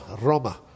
Roma